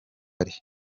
ari